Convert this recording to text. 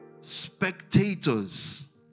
spectators